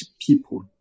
people